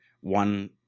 one